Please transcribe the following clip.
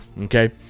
Okay